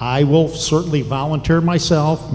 i will certainly volunteer myself